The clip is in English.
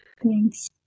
Thanks